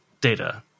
data